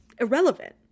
irrelevant